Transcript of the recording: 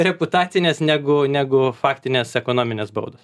reputacinės negu negu faktinės ekonominės baudos